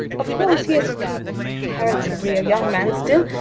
of course, he is comparatively a young man still,